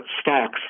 stocks